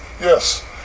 Yes